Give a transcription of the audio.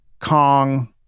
kong